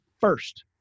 first